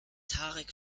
tarek